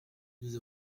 nous